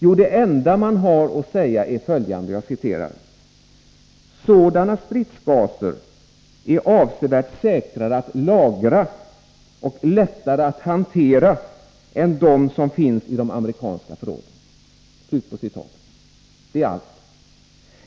Jo, det enda man har att säga är: ”Sådana stridsgaser är avsevärt säkrare att lagra och lättare att hantera än de som i dag finns i de amerikanska förråden.” Det är allt.